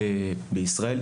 בישראל,